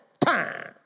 time